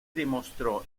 demostró